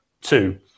two